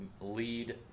lead